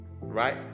right